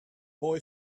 boy